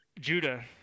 Judah